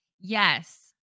yes